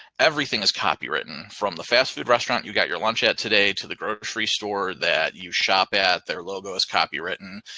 everything is copywritten from the fast food restaurant you got your lunch at today to the grocery store that you shop at, their logo is copywritten,